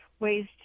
Ways